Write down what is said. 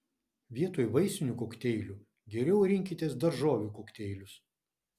vietoj vaisinių kokteilių geriau rinkitės daržovių kokteilius